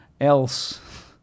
else